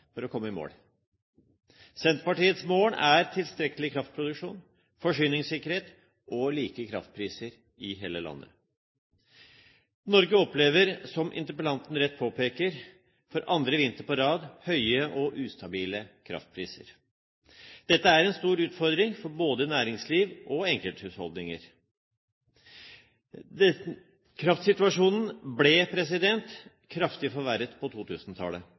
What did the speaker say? for å komme i mål. Senterpartiets mål er tilstrekkelig kraftproduksjon, forsyningssikkerhet og like kraftpriser i hele landet. Norge har opplevd, som interpellanten rett påpeker, for andre vinter på rad høye og ustabile kraftpriser. Dette er en stor utfordring for både næringsliv og enkelthusholdninger. Kraftsituasjonen ble kraftig forverret på